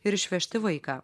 ir išvežti vaiką